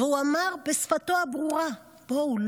והוא אמר בשפתו הברורה: בואו,